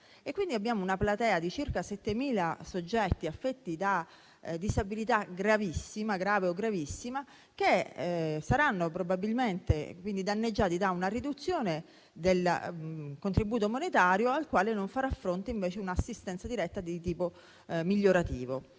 quindi una platea di circa 7.000 soggetti affetti da disabilità grave o gravissima che saranno probabilmente danneggiati da una riduzione del contributo monetario, al quale non farà fronte un'assistenza diretta di tipo migliorativo.